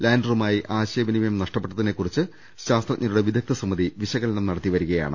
ലാൻഡറുമായി ആശയവിനിമയം നഷ്ടപ്പെട്ടതിനെക്കുറിച്ച് ശാസ്ത്ര ജ്ഞരുടെ വിദഗ്ധ സമിതി വിശകലമം നടത്തി വരികയാണ്